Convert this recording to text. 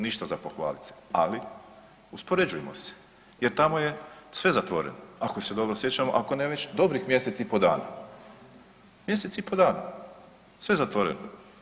Ništa za pohvalit se, ali uspoređujmo se jer tamo je sve zatvoreno ako se dobro sjećamo, ako ne već dobrih mjesec i po dana, mjesec i po dana sve zatvoreno.